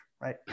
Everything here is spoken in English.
right